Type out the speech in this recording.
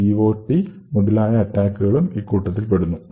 written to PLT over writing the GOT മുതലായ അറ്റാക്കുകളും ഈ കൂട്ടത്തിൽപെടുന്നു